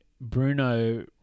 Bruno